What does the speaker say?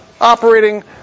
operating